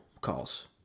calls